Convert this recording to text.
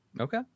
Okay